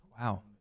Wow